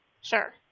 Sure